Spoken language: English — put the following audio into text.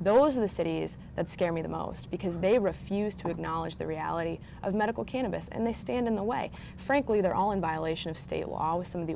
those are the cities that scare me the most because they refuse to acknowledge the reality of medical cannabis and they stand in the way frankly they're all in violation of state law was some